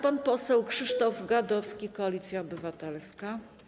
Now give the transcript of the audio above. Pan poseł Krzysztof Gadowski, Koalicja Obywatelska.